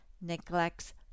neglects